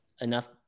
enough